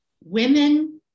women